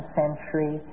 century